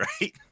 right